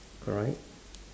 alright